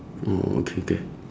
oh K K